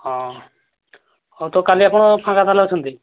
ହଁ ହେଉ ତ କାଲି ଆପଣ ଫାଙ୍କା ତାହେଲେ ଅଛନ୍ତି